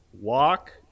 walk